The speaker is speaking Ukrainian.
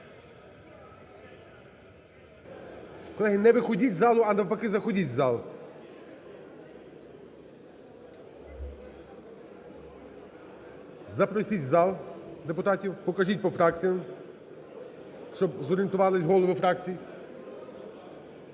Колеги, не виходіть з залу, а навпаки – заходіть в зал. Запросіть в зал депутатів. Покажіть по фракціям, щоб зорієнтувалися голови фракцій.